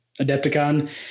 Adepticon